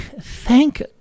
thank